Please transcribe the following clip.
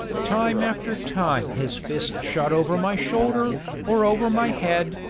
time after time his fist shot over my shoulder, or over my head,